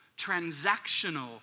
transactional